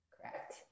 Correct